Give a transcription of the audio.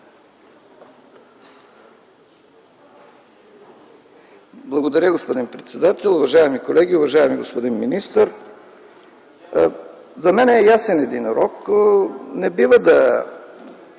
Благодаря, господин председател. Уважаеми колеги, уважаеми господин министър! За мен е ясен един урок: не бива да